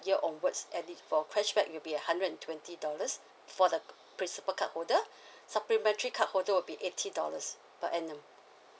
year onwards and if for cashback it will be a hundred and twenty dollars for the principal card holder supplementary card holder will be eighty dollars per annum